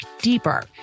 deeper